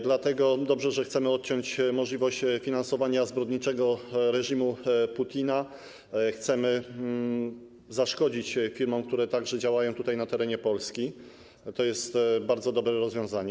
Dlatego dobrze, że chcemy odciąć możliwość finansowania zbrodniczego reżimu Putina, chcemy zaszkodzić firmom, które także działają tutaj, na terenie Polski, to jest bardzo dobre rozwiązanie.